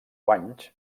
guanys